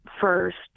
first